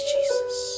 Jesus